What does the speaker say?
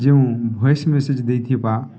ଯେଉଁ voice message ଦେଇଥିବା